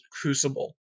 crucible